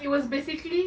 it was basically